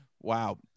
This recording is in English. Wow